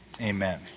Amen